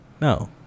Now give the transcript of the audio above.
no